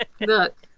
Look